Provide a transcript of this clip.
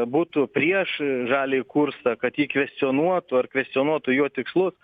būtų prieš žaliąjį kursą kad jį kvestionuotų ar kvestionuotų jo tikslus